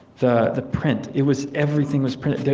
the the print, it was everything was printed.